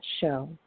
show